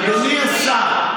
אדוני השר,